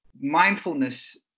Mindfulness